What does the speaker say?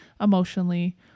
emotionally